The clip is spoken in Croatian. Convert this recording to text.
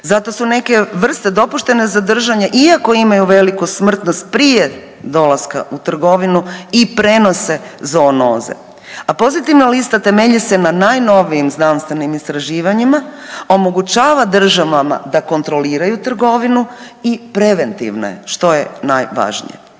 Zato su neke vrste dopuštene za držanje iako imaju veliku smrtnost prije dolaska u trgovinu i prenose zoonoze. A pozitivna lista temelji se na najnovijim znanstvenim istraživanjima, omogućava državama da kontroliraju trgovinu i preventivne, što je najvažnije.